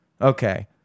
okay